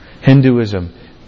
Hinduism